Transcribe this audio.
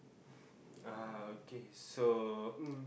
uh okay so